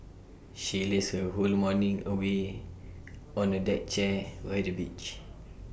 she lazed her whole morning away on A deck chair by the beach